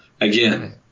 Again